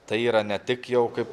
tai yra ne tik jau kaip